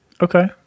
Okay